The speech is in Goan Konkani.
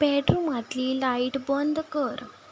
बेडरुमांतली लायट बंद कर